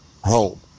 home